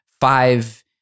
five